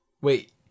Wait